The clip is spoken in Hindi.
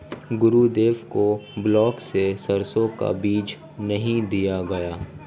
गुरुदेव को ब्लॉक से सरसों का बीज नहीं दिया गया